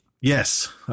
Yes